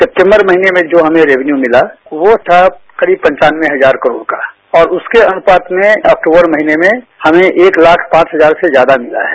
सितंबर महीने में जो हमें रिवेन्यू मिला वो था करीब पंचानवे हजार करोड़ का और उसके अनुपात में अक्तूबर महीने में हमें एक लाख पांच हजार से ज्यादा मिला है